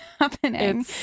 happening